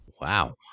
Wow